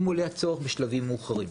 אם עולה כזה צורך בשלבים מאוחרים.